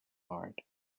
art